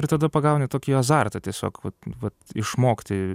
ir tada pagauni tokį azartą tiesiog vat vat išmokti